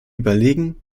überlegen